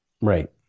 Right